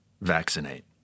vaccinate